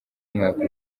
umwaka